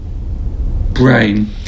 brain